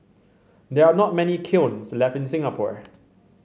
there are not many kilns left in Singapore